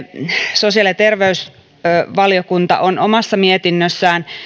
sosiaali ja terveysvaliokunta on omassa mietinnössään